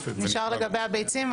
נשאר לגבי הביצים,